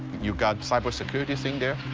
you've got, cybersecurity's in there.